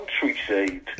countryside